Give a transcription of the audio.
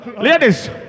Ladies